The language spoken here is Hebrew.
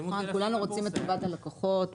כולנו רוצים את טובת הלקוחות,